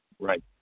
Right